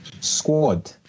Squad